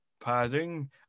padding